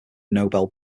noble